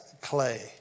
clay